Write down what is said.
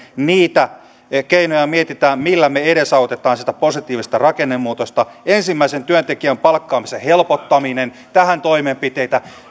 niitä keinoja millä me edesautamme positiivista rakennemuutosta ensimmäisen työntekijän palkkaamisen helpottaminen tähän toimenpiteitä